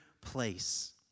place